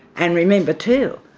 and remember too,